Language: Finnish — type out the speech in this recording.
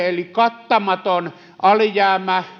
eli kattamaton alijäämämme